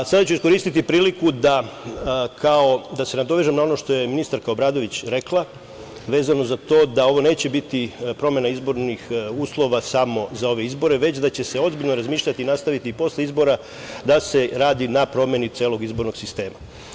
Sada ću iskoristiti priliku da se nadovežem na ono što je ministarka Obradović rekla, vezano za to da ovo neće biti promena izbornih uslova samo za ove izbore već da će se ozbiljno razmišljati i nastaviti i posle izbora da se radi na promeni celog izbornog sistema.